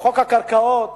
בחוק הקרקעות